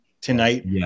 tonight